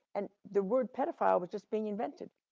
and the word pedophile was just being invented.